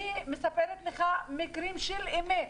אני מספרת לך מקרים אמיתיים